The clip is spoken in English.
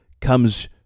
comes